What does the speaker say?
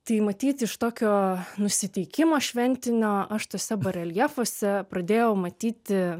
tai matyt iš tokio nusiteikimo šventinio aš tuose bareljefuose pradėjau matyti